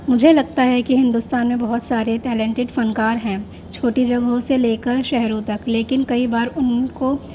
مجھے لگتا ہے کہ ہندوستان میں بہت سارے ٹیلنٹیڈ فنکار ہیں چھوٹی جگہوں سے لے کر شہروں تک لیکن کئی بار ان کو